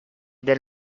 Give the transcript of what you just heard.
del